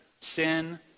sin